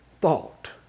thought